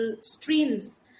streams